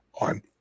on